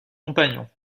compagnon